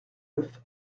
neuf